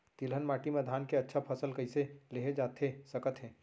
तिलहन माटी मा धान के अच्छा फसल कइसे लेहे जाथे सकत हे?